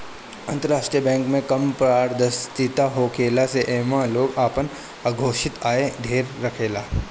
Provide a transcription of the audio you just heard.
अंतरराष्ट्रीय बैंक में कम पारदर्शिता होखला से एमे लोग आपन अघोषित आय ढेर रखेला